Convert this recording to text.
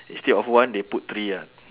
instead of one they put three ah